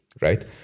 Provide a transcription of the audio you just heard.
right